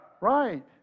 right